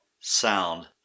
sound